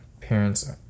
parents